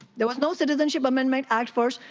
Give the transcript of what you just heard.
there was no citizenship amendment act first.